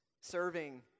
serving